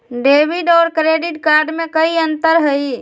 Debit और credit card में कई अंतर हई?